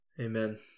Amen